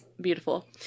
beautiful